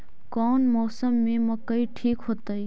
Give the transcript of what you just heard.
कौन मौसम में मकई ठिक होतइ?